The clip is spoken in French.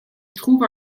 trouve